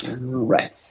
Right